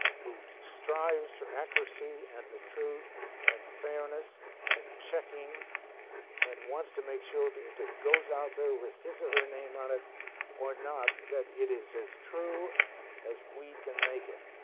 who strives for accuracy and the truth and fairness and checking and wants to make sure but if it goes out there with his or her name on it or not, that it is as true as we can make it.